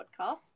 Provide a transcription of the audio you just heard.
podcast